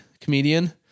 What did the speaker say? comedian